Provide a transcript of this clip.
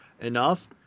enough